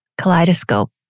kaleidoscope